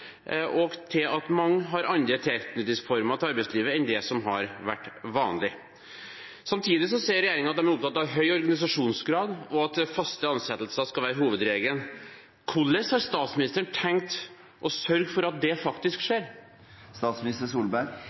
og til at «mange har andre tilknytningsformer til arbeidslivet enn det som har vært vanlig». Samtidig sier regjeringen at den er opptatt av høy organisasjonsgrad, og at faste ansettelser skal være hovedregelen. Hvordan har statsministeren tenkt å sørge for at det faktisk skjer?